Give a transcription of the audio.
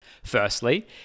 Firstly